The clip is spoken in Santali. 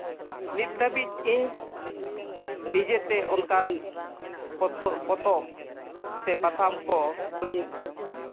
ᱱᱤᱛ ᱫᱷᱟᱹᱵᱤᱡ ᱤᱧ ᱱᱤᱡᱮᱛᱮ ᱚᱱᱠᱟᱱ ᱯᱚᱛᱚᱵᱽ ᱯᱚᱛᱚᱵᱽ ᱥᱮ ᱯᱟᱛᱷᱟᱢ ᱠᱚ ᱵᱟᱹᱧ